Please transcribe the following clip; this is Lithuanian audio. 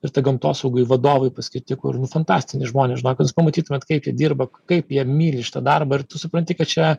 ir ta gamtosaugai vadovai paskirti kur nu fantastiniai žmonės žinokit jūs pamatytumėt kaip jie dirba kaip jie myli šitą darbą ir tu supranti kad čia